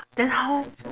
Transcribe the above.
then how